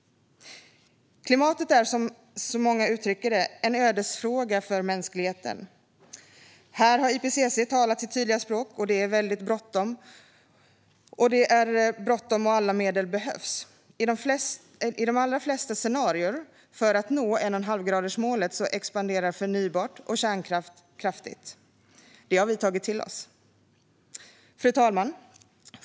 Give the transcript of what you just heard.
Klimatet är, som många uttrycker det, en ödesfråga för mänskligheten. Här har IPCC talat sitt tydliga språk: det är väldigt bråttom, och alla medel behövs. I de allra flesta scenarier där vi ska nå 1,5-gradersmålet expanderar förnybart och kärnkraft kraftigt. Det har vi tagit till oss. Fru talman!